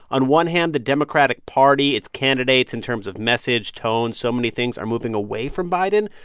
on one hand, the democratic party, its candidates in terms of message, tone, so many things, are moving away from biden.